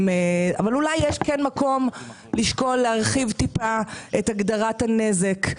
אבל אולי יש מקום לשקול להרחיב טיפה את הגדרת הנזק,